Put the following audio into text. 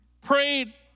Prayed